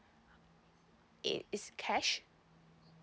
in it's cash